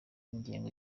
ingengo